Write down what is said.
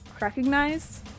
recognize